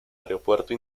aeropuerto